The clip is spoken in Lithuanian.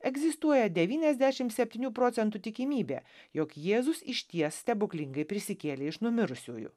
egzistuoja devyniasdešim septynių procentų tikimybė jog jėzus išties stebuklingai prisikėlė iš numirusiųjų